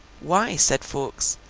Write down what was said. why, said fawkes,